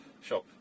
shop